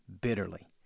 bitterly